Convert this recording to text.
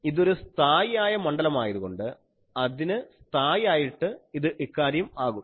ഇതൊരു സ്ഥായിയായ മണ്ഡലമായതുകൊണ്ട് അതിന് സ്ഥായിയായിട്ട് ഇത് ഇക്കാര്യം ആകും